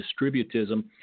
distributism